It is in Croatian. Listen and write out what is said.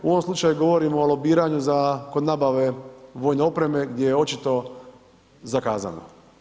U ovom slučaju govorimo o lobiranju za, kod nabave vojne opreme gdje je očito zakazalo.